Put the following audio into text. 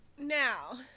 Now